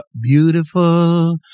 beautiful